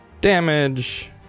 damage